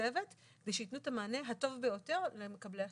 ולצוות כדי שייתנו את המענה הטוב ביותר למקבלי השירות.